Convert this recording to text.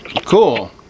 Cool